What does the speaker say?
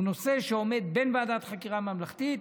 הוא נושא שעומד בין ועדת חקירה ממלכתית